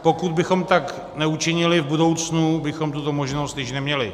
Pokud bychom tak neučinili, v budoucnu bychom tuto možnost již neměli.